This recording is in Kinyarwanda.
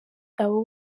abo